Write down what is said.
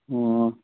ꯑꯣ